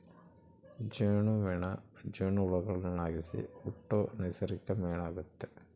ಜೇನುಮೇಣ ಜೇನುಹುಳುಗುಳ್ಲಾಸಿ ಹುಟ್ಟೋ ನೈಸರ್ಗಿಕ ಮೇಣ ಆಗೆತೆ